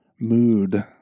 mood